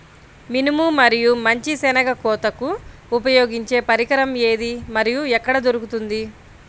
మినుము మరియు మంచి శెనగ కోతకు ఉపయోగించే పరికరం ఏది మరియు ఎక్కడ దొరుకుతుంది?